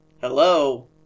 Hello